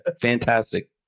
fantastic